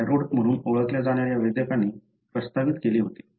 Garrod म्हणून ओळखल्या जाणाऱ्या वैद्यकाने प्रस्तावित केले होते